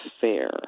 fair